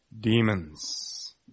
demons